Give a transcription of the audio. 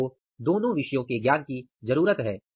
आपको दोनों विषयों के ज्ञान की जरूरत है